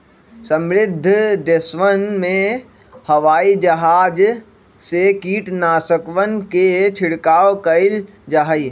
समृद्ध देशवन में हवाई जहाज से कीटनाशकवन के छिड़काव कइल जाहई